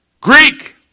Greek